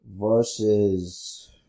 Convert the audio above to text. versus